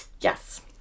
Yes